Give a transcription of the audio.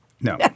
No